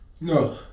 No